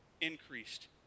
increased